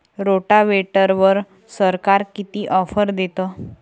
रोटावेटरवर सरकार किती ऑफर देतं?